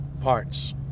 parts